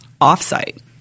off-site